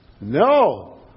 No